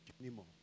anymore